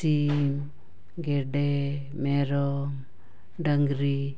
ᱥᱤᱢ ᱜᱮᱰᱮ ᱢᱮᱨᱚᱢ ᱰᱟᱝᱨᱤ